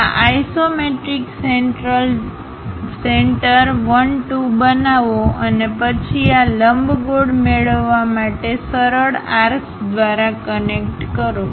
આ isometric centre 1 2 બનાવો અને પછી આ લંબગોળ મેળવવા માટે સરળ આર્ક્સ દ્વારા કનેક્ટ કરો